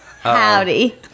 Howdy